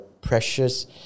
precious